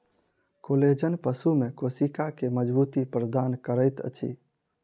collagen पशु में कोशिका के मज़बूती प्रदान करैत अछि